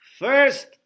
First